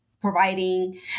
providing